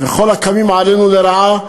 וכל הקמים עלינו לרעה,